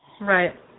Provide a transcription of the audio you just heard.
Right